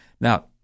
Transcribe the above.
Now